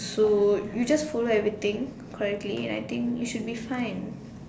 so you just follow everything correctly and I think you should be fine